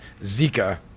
Zika